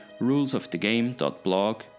rulesofthegame.blog